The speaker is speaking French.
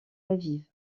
aviv